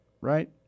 Right